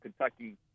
Kentucky –